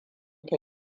ta